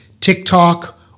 TikTok